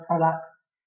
products